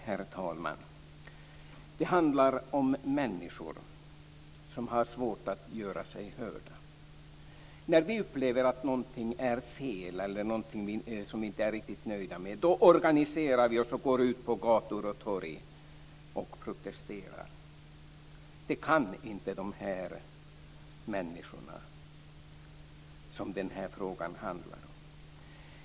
Herr talman! Det handlar om människor som har svårt att göra sig hörda. När vi upplever att någonting är fel eller att vi inte är riktigt nöjda med någonting, organiserar vi oss och går ut på gator och torg och protesterar. Det kan inte de människor som den här frågan handlar om.